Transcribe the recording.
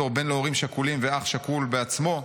ואח שכול בעצמי,